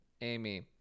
Amy